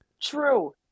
true